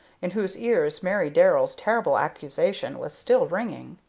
in whose ears mary darrell's terrible accusation was still ringing.